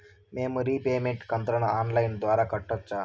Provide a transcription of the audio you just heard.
మేము రీపేమెంట్ కంతును online ద్వారా కట్టొచ్చా